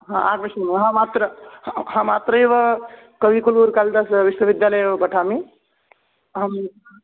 हा आगम्ष्यामि अहमत्र अहमत्रैव कविकुलगुरुकालिदासविश्वविद्यालये एव पठामि अहं